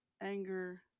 anger